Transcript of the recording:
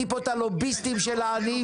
כי אם משאירים יש לנו פה תיעוד של אזרח בחל"ת,